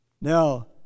Now